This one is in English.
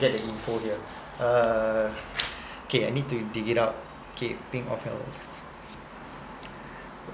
get the info here uh okay I need to dig it out okay think of